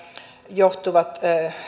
johtuvat